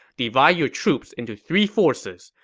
divide your troops into three forces.